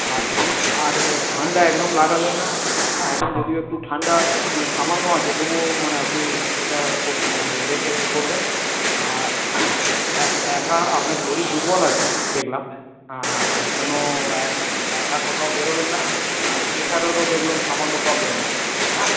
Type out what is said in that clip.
আর ঠান্ডা আর ঠান্ডা একদম লাগাবেন না হ্যাঁ এখন যদিও একটু ঠান্ডা সামান্য আছে তবুও মানে আপনি ওটা খুব মানে দেখে করবেন আর এক একা আপনার শরীর দুর্বল আছে দেখলাম কোনো এক একা কোথাও বেরোবেন না আর প্রেশারেরও দেখলাম সামান্য প্রবলেম আছে হ্যাঁ